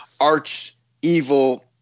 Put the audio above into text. arch-evil